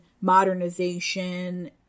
modernization